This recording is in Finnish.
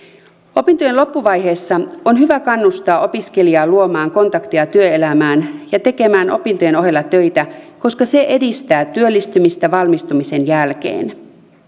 opintojen loppuvaiheessa on hyvä kannustaa opiskelijaa luomaan kontakteja työelämään ja tekemään opintojen ohella töitä koska se edistää työllistymistä valmistumisen jälkeen